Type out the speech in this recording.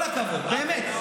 כל הכבוד, באמת.